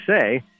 say